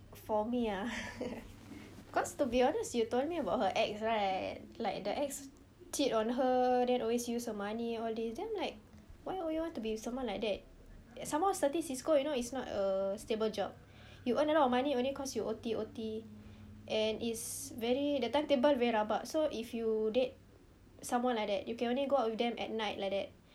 for me ah cause to be honest you told me about her ex right like the ex cheat on her then always use her money all these then like why would you want to be with someone like that some more certis cisco you know it's not a stable job you earn a lot of money only cause you O_T O_T um and is very the timetable very rabak so if you date someone like that you can only go out with them at night like that